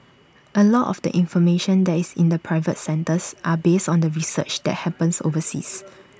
A lot of the information that is in the private centres are based on the research that happens overseas